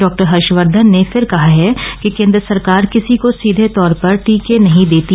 डॉ हर्षकर्धन ने फिर कहा है कि केंद्र सरकार किसी को सीधे तौर पर टीके नहीं देती